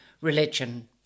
religion